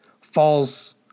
falls